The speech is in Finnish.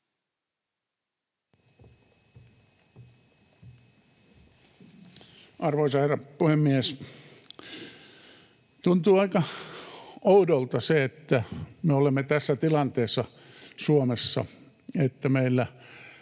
Arvoisa herra puhemies! Tuntuu aika oudolta se, että me olemme tässä tilanteessa Suomessa, että meillä